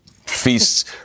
feasts